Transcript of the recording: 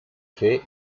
fer